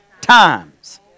times